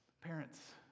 Parents